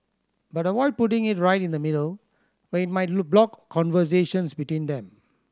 but avoid putting it right in the middle where it might block conversations between them